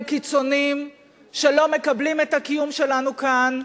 קיצוניים שלא מקבלים את הקיום שלנו כאן,